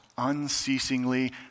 unceasingly